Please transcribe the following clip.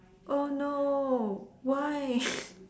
oh no why